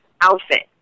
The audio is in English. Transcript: outfit